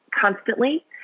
constantly